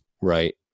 right